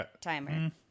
timer